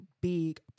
big